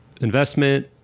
investment